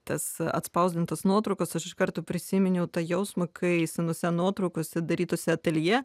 tas atspausdintas nuotraukas aš iš karto prisiminiau tą jausmą kai senose nuotraukose darytose atelje